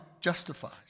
justifies